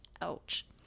Ouch